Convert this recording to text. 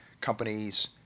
companies